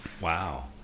Wow